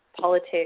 politics